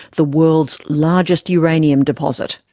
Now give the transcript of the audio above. the world's largest uranium deposit.